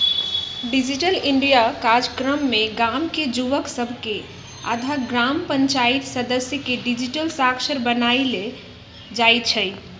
digital India काजक्रम में गाम के जुवक सभके आऽ ग्राम पञ्चाइत सदस्य के डिजिटल साक्षर बनाएल जाइ छइ